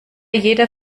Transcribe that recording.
jeder